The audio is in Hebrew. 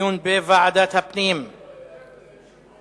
לדיון מוקדם בוועדה שתקבע ועדת הכנסת נתקבלה.